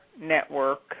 network